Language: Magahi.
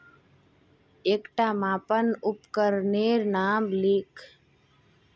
एकटा मापन उपकरनेर नाम लिख?